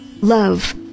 love